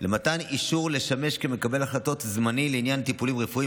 למתן אישור לשמש מקבל החלטות זמני לעניין טיפולים רפואיים